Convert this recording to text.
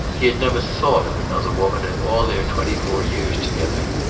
he had never thought of another woman in all their twenty-four years together.